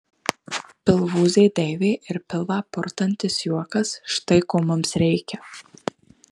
pilvūzė deivė ir pilvą purtantis juokas štai ko mums reikia